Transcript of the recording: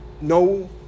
no